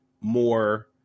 more